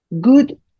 good